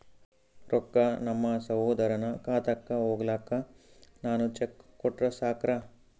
ರೊಕ್ಕ ನಮ್ಮಸಹೋದರನ ಖಾತಕ್ಕ ಹೋಗ್ಲಾಕ್ಕ ನಾನು ಚೆಕ್ ಕೊಟ್ರ ಸಾಕ್ರ?